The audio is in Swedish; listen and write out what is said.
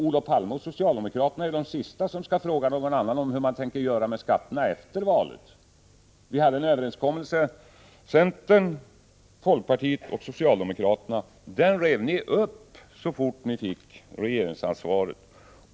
Olof Palme och socialdemokraterna är de sista som skall fråga någon annan om hur man tänker göra med skatterna efter valet. Vi hade en överenskommelse mellan centern, folkpartiet och socialdemokraterna. Den rev ni upp så fort ni fick regeringsansvaret.